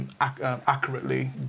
Accurately